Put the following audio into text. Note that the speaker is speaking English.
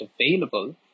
available